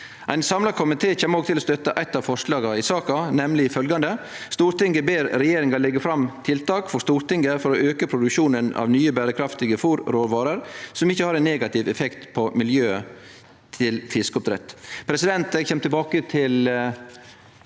Ein samla komité kjem òg til å støtte eit av forslaga i saka, nemleg følgjande: «Stortinget ber regjeringen legge fram tiltak for Stortinget for å øke produksjonen av nye bærekraftige fôrråvarer som ikke har en negativ effekt på miljøet til fiskeoppdrett.»